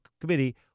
committee